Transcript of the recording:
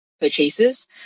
purchases